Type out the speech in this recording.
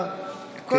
כי